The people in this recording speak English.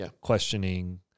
questioning